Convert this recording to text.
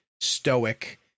stoic